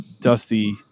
dusty